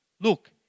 look